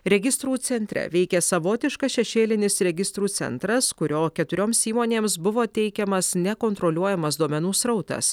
registrų centre veikė savotiškas šešėlinis registrų centras kurio keturioms įmonėms buvo teikiamas nekontroliuojamas duomenų srautas